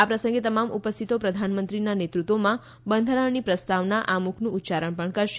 આ પ્રસંગે તમામ ઉપસ્થિતો પ્રધાનમંત્રીના નેતૃત્વમાં બંધારણની પ્રસ્તાવનાઆમુખનું ઉચ્યારણ પણ કરશે